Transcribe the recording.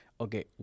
okay